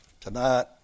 tonight